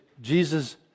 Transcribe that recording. Jesus